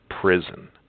Prison